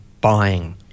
buying